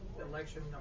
election